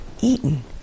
eaten